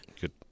good